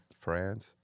France